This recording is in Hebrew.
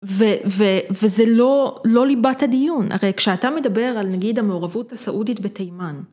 וזה לא ליבת הדיון, הרי כשאתה מדבר על נגיד המעורבות הסעודית בתימן.